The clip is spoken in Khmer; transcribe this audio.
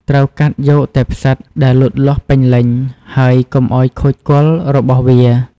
ត្រូវកាត់យកតែផ្សិតដែលលូតលាស់ពេញលេញ ហើយកុំឲ្យខូចគល់របស់វា។